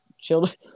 children